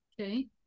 okay